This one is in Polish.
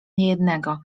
niejednego